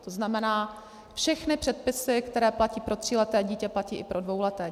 To znamená, všechny předpisy, které platí pro tříleté dítě, platí i pro dvouleté dítě.